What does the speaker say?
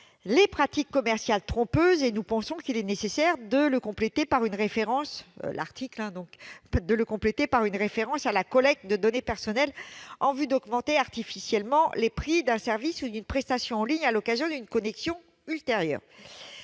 les pratiques commerciales trompeuses. Nous pensons qu'il est nécessaire de le compléter par une référence à la collecte de données personnelles en vue d'augmenter artificiellement les prix d'un service ou d'une prestation en ligne à l'occasion d'une connexion ultérieure.